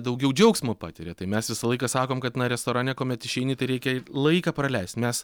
daugiau džiaugsmo patiria tai mes visą laiką sakom kad na restorane kuomet išeini tai reikia laiką praleist mes